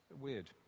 weird